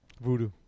Voodoo